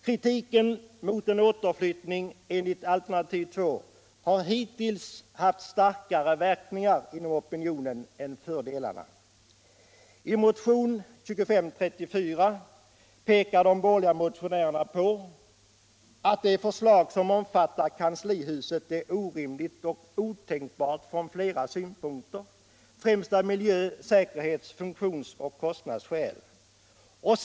Kritiken mot en årerflyttnig enligt alternativ 2 har hittills haft starkare verkningar inom opinionen än fördelarna. I motionen 2534 pekar de borgerliga motionärerna på att ”det förslag som omfattar kanslihuset är orimligt och otänkbart” från flera synpunkter, främst av miljö-. säkerhets-, funktions och kostnadsskäl.